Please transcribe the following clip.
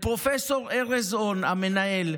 לפרופ' ארז און, המנהל,